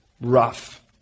rough